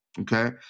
Okay